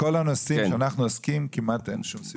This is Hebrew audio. כמעט בכל הנושאים שאנחנו עוסקים בהם אין שום סיבה.